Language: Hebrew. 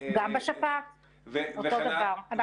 גם בשפעת, אותו דבר.